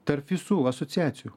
tarp visų asociacijų